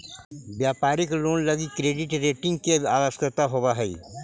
व्यापारिक लोन लगी credit rating के आवश्यकता होवऽ हई